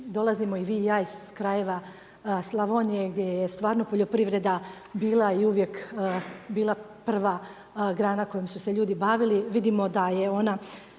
dolazimo i vi i ja iz krajeva Slavonije, gdje je stvarno poljoprivreda bila i uvijek bila prva grana kojom su se ljudi bavili.